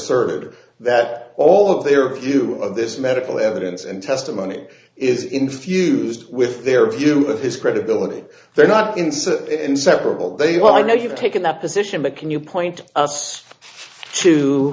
asserted that all of their view of this medical evidence and testimony is infused with their view of his credibility they're not insert inseparable they well i know you've taken that position but can you point us to